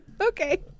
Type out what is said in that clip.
Okay